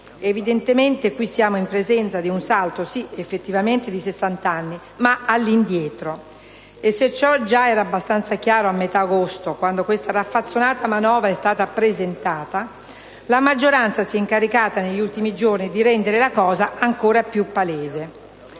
Evidentemente, sì, qui siamo in presenza di un salto di effettivamente sessant'anni, ma all'indietro! E se ciò già era abbastanza chiaro a metà agosto, quando questa raffazzonata manovra è stata presentata, la maggioranza si è incaricata negli ultimi giorni di rendere la cosa ancor più palese.